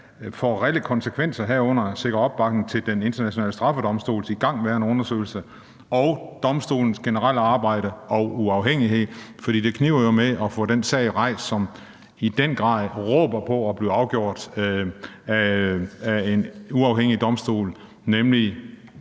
får reelle konsekvenser, herunder at sikre opbakning til Den Internationale Straffedomstols igangværende undersøgelse og domstolens generelle arbejde og uafhængighed. For det kniber jo med at få den sag rejst, som i den grad råber på at blive afgjort af en uafhængig domstol, nemlig